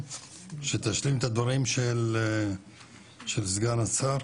שתשלים את הדברים של סגן השרה.